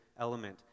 element